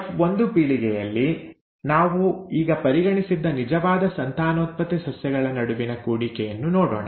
F one ಪೀಳಿಗೆಯಲ್ಲಿ ನಾವು ಈಗ ಪರಿಗಣಿಸಿದ್ದ ನಿಜವಾದ ಸಂತಾನೋತ್ಪತ್ತಿ ಸಸ್ಯಗಳ ನಡುವಿನ ಕೂಡಿಕೆಯನ್ನು ನೋಡೋಣ